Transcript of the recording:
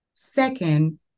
Second